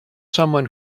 someone